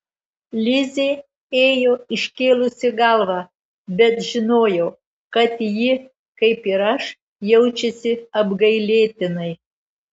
lizė ėjo iškėlusi galvą bet žinojau kad ji kaip ir aš jaučiasi apgailėtinai